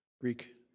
Greek